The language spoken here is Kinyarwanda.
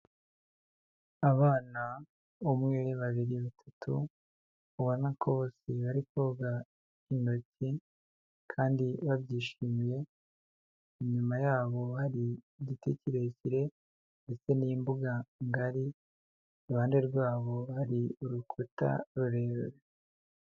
Abana umwe, babiri, batatu ubona ko bose bari koga intoki kandi babyishimiye, inyuma yabo bari igiti kirekire ndetse n'imbuga ngari, iruhande rwabo hari urukuta rurerure.